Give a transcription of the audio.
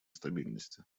стабильности